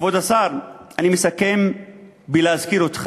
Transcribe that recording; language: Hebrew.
כבוד השר, אני מסכם בלהזכיר לך